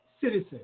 citizen